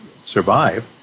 survive